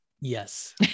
Yes